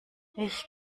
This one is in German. ich